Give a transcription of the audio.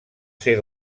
ser